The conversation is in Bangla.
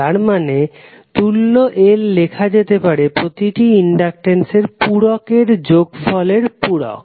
তার মানে তুল্য L লেখা যেতে পারে প্রতিটি ইনডাকটেন্সের পুরকের যোগফলের পুরক